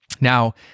now